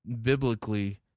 biblically